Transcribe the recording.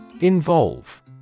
Involve